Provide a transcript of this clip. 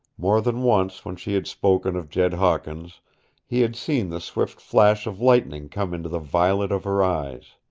more than once when she had spoken of jed hawkins he had seen the swift flash of lightning come into the violet of her eyes.